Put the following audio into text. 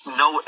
no